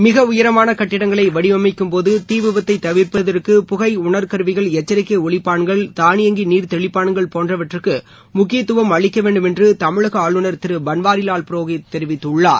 மிக உயரமான கட்டிடங்களை வடிவமைக்கும் போது தீவிபத்தை தவிர்ப்பதற்கு புகை உணர்கருவிகள் எச்சரிக்கை ஒலிப்பான்கள் தானியங்கி நீர் தெளிப்பான்கள் போன்றவற்றுக்கு முக்கியத்துவம் அளிக்க வேண்டும் என்று தமிழக ஆளுநர் திரு பள்வாரிலால் புரோஹித் தெரிவித்துள்ளார்